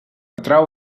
atrau